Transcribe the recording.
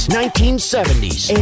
1970s